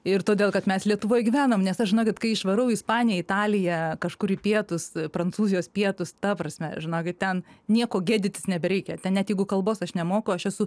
ir todėl kad mes lietuvoj gyvenam nes aš žinokit kai išvarau ispaniją italiją kažkur į pietus prancūzijos pietus ta prasme žinokit ten nieko gėdytis nebereikia ten net jeigu kalbos aš nemoku aš esu